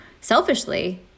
selfishly